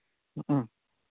ꯎꯝ